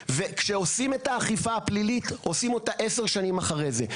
וכשעושים את האכיפה הפלילית עושים אותה עשר שנים אחרי זה.